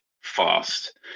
fast